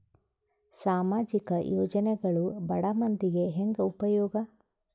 ಸಾಮಾಜಿಕ ಯೋಜನೆಗಳು ಬಡ ಮಂದಿಗೆ ಹೆಂಗ್ ಉಪಯೋಗ?